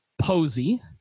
Posey